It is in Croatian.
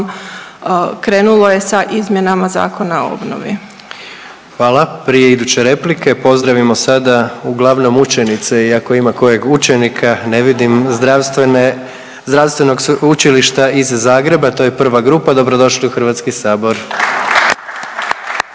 krenulo je sa izmjenama Zakona o obnovi. **Jandroković, Gordan (HDZ)** Hvala. Prije iduće replike pozdravimo sada uglavnom učenice i ako ima kojeg učenika ne vidim Zdravstvenog sveučilišta iz Zagreba. To je prva grupa. Dobro došli u Hrvatski sabor.